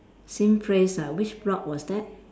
same place ah which block was that